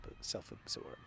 self-absorbed